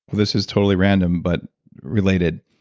this is totally random but related.